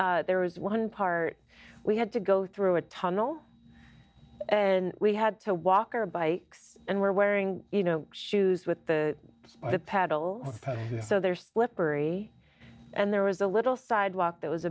and there was one part we had to go through a tunnel and we had to walk or bike and were wearing you know shoes with the paddle so there slippery and there was a little sidewalk that was